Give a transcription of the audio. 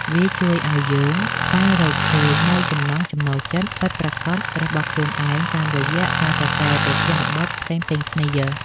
វាជួយឱ្យយើងស្វែងរកឃើញនូវចំណង់ចំណូលចិត្តពិតប្រាកដរបស់ខ្លួនឯង តាមរយៈការសរសេរប្រធានបទផ្សេងៗគ្នា។